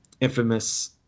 Infamous